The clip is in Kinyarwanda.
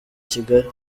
kigali